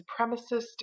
supremacist